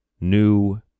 new